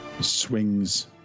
swings